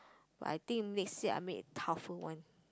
I think next year I need a tougher one